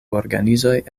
organizoj